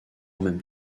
même